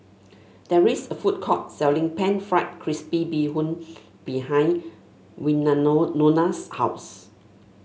there is a food court selling pan fried crispy Bee Hoon behind Wynano Nona's house